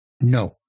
No